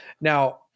now